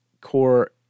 core